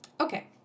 Okay